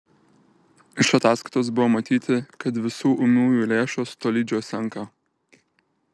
iš ataskaitos buvo matyti kad visų ūmiųjų lėšos tolydžio senka